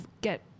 get